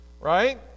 right